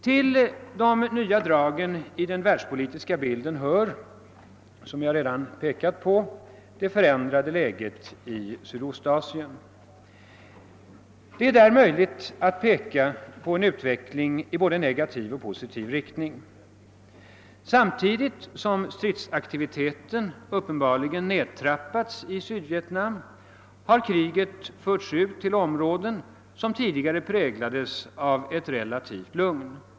Till de nya dragen i den världspolitiska bilden hör, som jag redan påpekat, det förändrade läget i Sydostasien. Det är där möjligt att peka på en utveckling i både negativ och positiv riktning. Samtidigt som stridsaktiviteten uppenbarligen nedtrappats i Sydvietnam har kriget förts ut till områden, som tidigare präglades av ett relativt lugn.